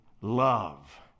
love